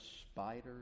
spiders